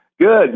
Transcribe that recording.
Good